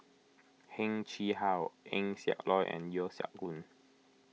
Heng Chee How Eng Siak Loy and Yeo Siak Goon